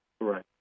Right